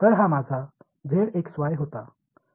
तर हा माझा z x y होता